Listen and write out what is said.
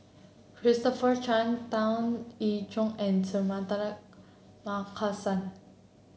Christopher Chia Tan Eng Joo and Suratman Markasan